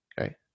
Okay